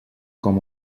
com